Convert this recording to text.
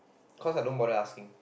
cause I don't bother asking